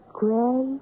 gray